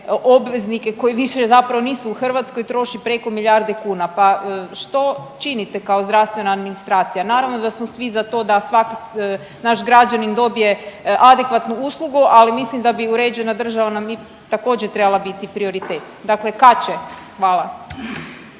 obveznike koji više zapravo nisu u Hrvatskoj troši preko milijarde kuna. Pa što činite kao zdravstvena administracija? Naravno da smo svi za to da svaki naš građanin dobije adekvatnu uslugu, ali mislim da bi uređena država nam i također, trebala biti prioritet? Dakle kad će? Hvala.